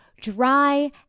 dry